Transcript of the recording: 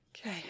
Okay